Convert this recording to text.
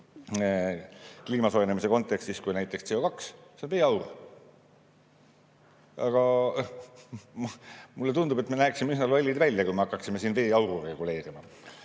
kliima soojenemise kontekstis kui näiteks CO2, on veeaur. Aga mulle tundub, et me näeksime üsna lollid välja, kui me hakkaksime siin veeauru reguleerima.